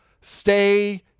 Stay